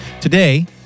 Today